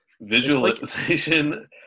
visualization